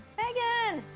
meghan!